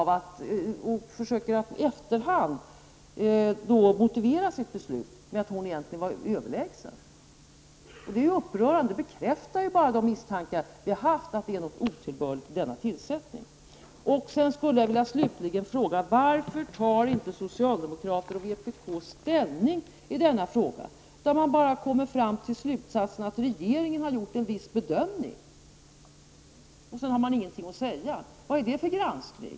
Man försöker att i efterhand motivera sitt beslut genom att säga att kvinnan egentligen var överlägsen. Det är upprörande. Det bekräftar bara att våra misstankar kan vara riktiga, nämligen att det finns något otillbörligt när det gäller denna tillsättning. Slutligen vill jag fråga: Varför tar socialdemokrater och vpk inte ställning i denna fråga? Man drar bara slutsatsen att regeringen har gjort en viss bedömning. Men man har inte någonting mer att säga. Vad är det för granskning?